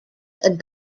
and